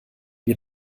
wir